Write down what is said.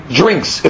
drinks